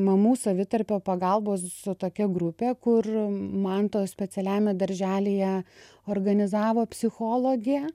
mamų savitarpio pagalbos su tokia grupė kur manto specialiajame darželyje organizavo psichologė